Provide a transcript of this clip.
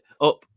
Up